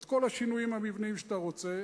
את כל השינויים המבניים שאתה רוצה,